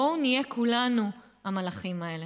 בואו נהיה כולנו המלאכים האלה.